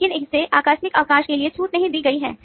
लेकिन इसे आकस्मिक अवकाश के लिए छूट नहीं दी गई है